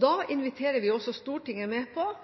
Da inviterer vi også Stortinget med på